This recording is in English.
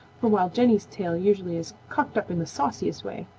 for while jenny's tail usually is cocked up in the sauciest way,